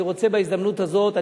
אני רוצה בהזדמנות הזאת,